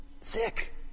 Sick